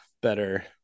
better